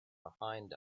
behind